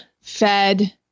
fed